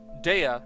Dea